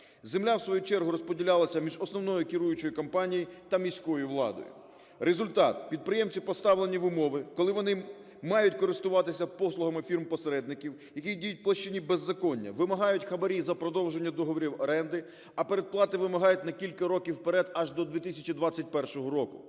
Земля у свою чергу розподілялася між основною керуючого компанією та міською владою. Результат: підприємці поставлені в умови, коли вони мають користуватися послугами фірм-посередників, які діють у площині беззаконня, вимагають хабарі за продовження договорів-оренди, а передплати вимагають на кілька років вперед, аж до 2021 року,